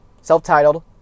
self-titled